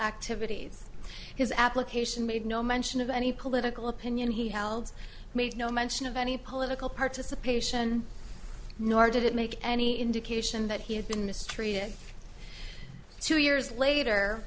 activities his application made no mention of any political opinion he held made no mention of any political participation nor did it make any indication that he had been mistreated two years later